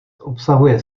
obsahuje